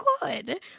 good